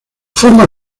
forma